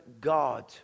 God